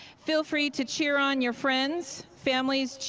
feel free to cheer on your friends. families,